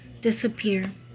disappear